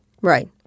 Right